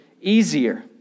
easier